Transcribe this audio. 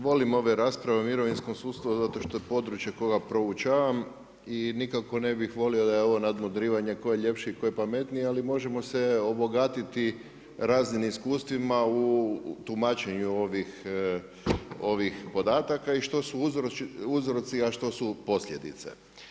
Volim ove rasprave o mirovinskom sustavu, zato što je područje koga proučavam i nikako ne bih volio da je ovo nadmudrivanje tko je ljepši, tko je pametniji, ali možemo se obogatiti raznim iskustvima u tumačenju ovih podataka i što su uzroci, a što su posljedice.